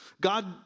God